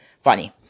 funny